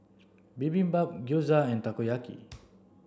Bibimbap Gyoza and Takoyaki